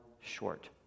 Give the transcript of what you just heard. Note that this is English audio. short